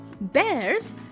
Bears